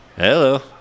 Hello